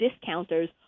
discounters